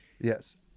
Yes